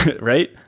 right